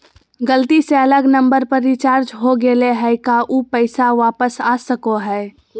गलती से अलग नंबर पर रिचार्ज हो गेलै है का ऊ पैसा वापस आ सको है?